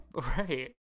Right